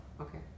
okay